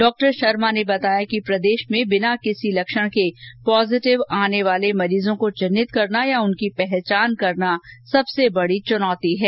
डॉ शर्मा ने बताया कि प्रदेश में बिना किसी लक्षण के पॉजिटिव आने वाले मरीजों को चिन्हित करना या उनकी पहचान करना सबसे बड़ी चनौती है